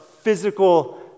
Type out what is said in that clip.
physical